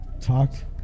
Talked